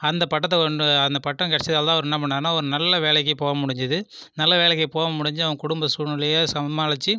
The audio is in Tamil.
அந்த பட்டத்தை கொண்டு அந்த பட்டம் கெடைச்சதால அவர் என்ன பண்ணாருன்னா ஒரு நல்ல வேலைக்கு போக முடிஞ்சுது நல்ல வேலைக்கு போக முடிஞ்சு அவன் குடும்ப சூழ்நிலய சமாளித்து